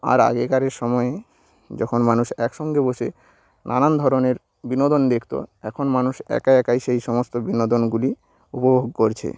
আর আগেকারের সময়ে যখন মানুষ একসঙ্গে বসে নানান ধরনের বিনোদন দেখতো এখন মানুষ একা একাই সেই সমস্ত বিনোদনগুলি উপভোগ করছে